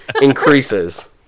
increases